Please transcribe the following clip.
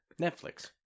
Netflix